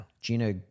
Gina